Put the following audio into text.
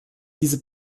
diese